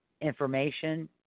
information